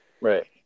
Right